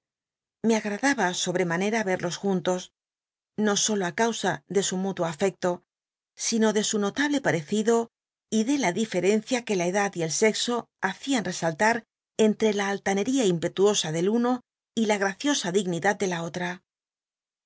ifc agradaba sobremanera crlos juntos no sólo á causa de su mú tuo afecto sino de su notable parecido y de la diferencia que la edad y el sexo hacían resaltar entre la altanería impetuosa del uno y la graciosa dignidad de la otra